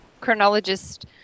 chronologist